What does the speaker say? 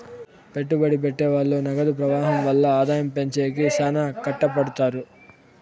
పెట్టుబడి పెట్టె వాళ్ళు నగదు ప్రవాహం వల్ల ఆదాయం పెంచేకి శ్యానా కట్టపడుతారు